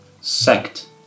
sect